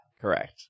correct